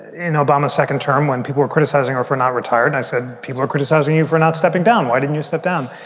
in obama's second term when people were criticizing her for not retired, i said, people are criticizing you for not stepping down. why didn't you step down?